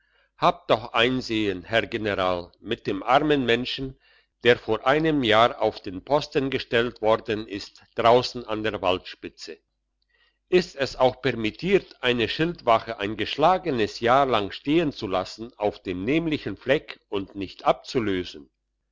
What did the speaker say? habt doch ein einsehen herr general mit dem armen menschen der vor einem jahr auf den posten gestellt worden ist draussen an der waldspitze ist es auch permittiert eine schildwache ein geschlagenes jahr lang stehen zu lassen auf dem nämlichen fleck und nicht abzulösen